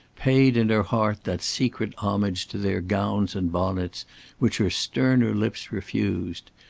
paid in her heart that secret homage to their gowns and bonnets which her sterner lips refused.